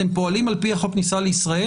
אתם פועלים על פי חוק כניסה לישראל,